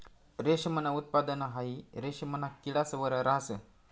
रेशमनं उत्पादन हाई रेशिमना किडास वर रहास